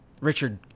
Richard